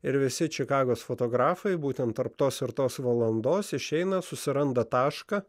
ir visi čikagos fotografai būtent tarp tos ir tos valandos išeina susiranda tašką